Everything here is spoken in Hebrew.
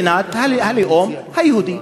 מדינת הלאום היהודי.